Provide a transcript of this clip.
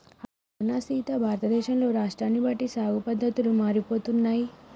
అవునా సీత భారతదేశంలో రాష్ట్రాన్ని బట్టి సాగు పద్దతులు మారిపోతున్నాయి